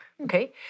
okay